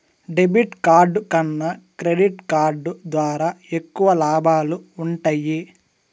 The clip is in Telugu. డెబిట్ కార్డ్ కన్నా క్రెడిట్ కార్డ్ ద్వారా ఎక్కువ లాబాలు వుంటయ్యి